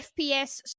FPS